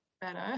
better